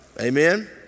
amen